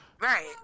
Right